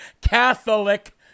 Catholic